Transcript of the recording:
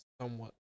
Somewhat